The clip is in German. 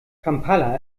kampala